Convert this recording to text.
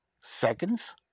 seconds